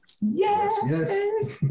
Yes